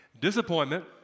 Disappointment